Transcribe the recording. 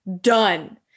done